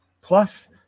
Plus